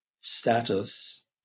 status